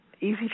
easy